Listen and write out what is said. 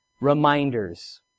reminders